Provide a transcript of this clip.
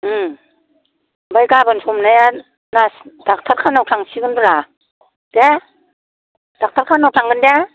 ओम ओमफाय गाबोन सबनिया नार्स डाक्टार खानायाव थांसिगोनब्रा दे डाक्टार खानायाव थांगोन दे